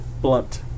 Blunt